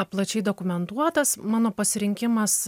plačiai dokumentuotas mano pasirinkimas